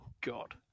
God